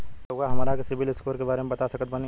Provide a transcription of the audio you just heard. का रउआ हमरा के सिबिल स्कोर के बारे में बता सकत बानी?